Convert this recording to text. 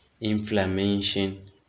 inflammation